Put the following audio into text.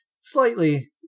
Slightly